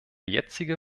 jetzige